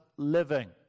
Living